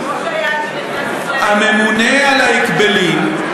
כמו שהיה כשנכנס "ישראל היום" הממונה על ההגבלים,